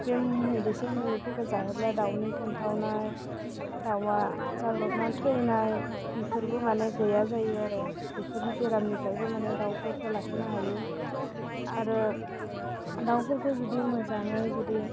बे मेडिसिन मुलिफोरखौ जाहोब्ला दाउनि थेन्थौनाय दाउआ जाब्रबनानै थैनाय बिफोरबो माने गैया जायो आरो बिफोर बेरामनिफ्रायबो माने दाउफोरखौ लाखिनो हायो आरो दाउफोरखौ जुदि मोजाङै जुदि